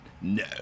no